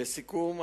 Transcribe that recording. לסיכום,